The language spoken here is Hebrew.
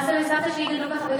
גם סבא וסבתא שלי גדלו ככה,